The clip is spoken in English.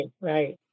right